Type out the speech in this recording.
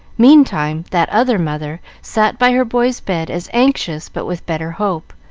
meantime, that other mother sat by her boy's bed as anxious but with better hope,